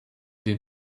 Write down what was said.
den